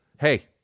Hey